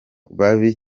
babi